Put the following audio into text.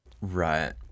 right